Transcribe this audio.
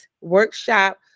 workshop